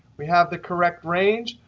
we have the correct range.